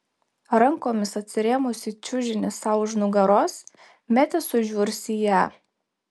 rankomis atsirėmusi į čiužinį sau už nugaros metė sužiurs į ją